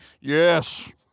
Yes